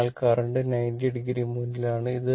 അതിനാൽ current 90o ന് മുന്നിലാണ്